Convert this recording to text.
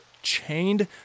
chained